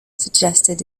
suggested